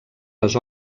les